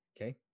Okay